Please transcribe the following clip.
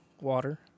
water